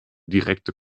direkte